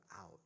out